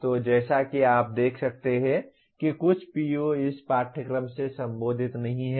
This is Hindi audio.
तो जैसा कि आप देख सकते हैं कि कुछ PO इस पाठ्यक्रम से संबोधित नहीं हैं